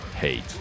hate